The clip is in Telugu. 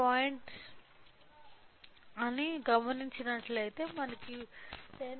04 అని గమనించినట్లయితే మనకు 10